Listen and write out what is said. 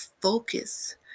focus